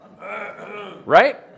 Right